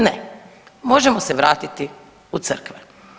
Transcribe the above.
Ne, možemo se vratiti u crkve.